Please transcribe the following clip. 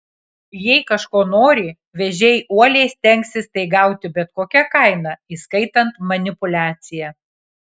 jei kažko nori vėžiai uoliai stengsis tai gauti bet kokia kaina įskaitant manipuliaciją